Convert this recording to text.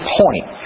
point